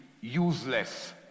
useless